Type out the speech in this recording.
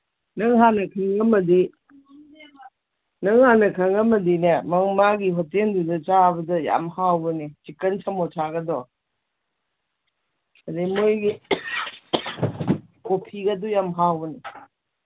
ꯅꯪ ꯍꯥꯟꯅ ꯈꯪꯉꯝꯃꯗꯤ ꯅꯪ ꯍꯥꯟꯅ ꯈꯪꯉꯝꯃꯗꯤꯅꯦ ꯃꯥꯒꯤ ꯍꯣꯇꯦꯜꯗꯨꯗ ꯆꯥꯕꯗ ꯌꯥꯝ ꯍꯥꯎꯕꯅꯦ ꯆꯤꯛꯀꯟ ꯁꯃꯣꯁꯥꯒꯗꯣ ꯑꯗꯩ ꯃꯣꯏꯒꯤ ꯀꯣꯐꯤꯒꯗꯨ ꯌꯥꯝ ꯍꯥꯎꯕꯅꯤ